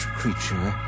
creature